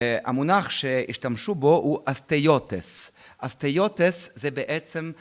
המונח שהשתמשו בו הוא אסטיוטס, אסטיוטס זה בעצם